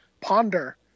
ponder